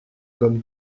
comme